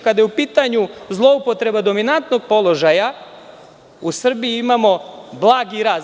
Kada je u pitanju zloupotreba dominantnog položaja u Srbiji imamo blagi rast.